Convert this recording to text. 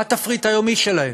מה התפריט היומי שלהם.